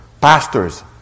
pastors